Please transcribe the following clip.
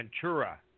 Ventura